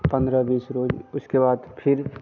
पन्द्रह बीस रोज़ उसके बाद फिर